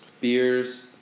Beers